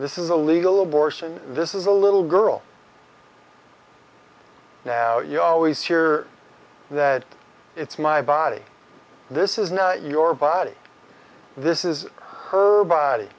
this is a legal abortion this is a little girl now you always hear that it's my body this is not your body this is her body